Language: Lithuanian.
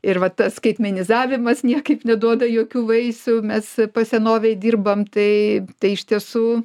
ir va tas skaitmenizavimas niekaip neduoda jokių vaisių mes pa senovei dirbam tai tai iš tiesų